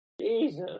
Jesus